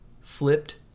flipped